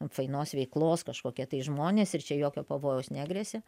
fainos veiklos kažkokie tai žmonės ir čia jokio pavojaus negresia